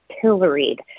pilloried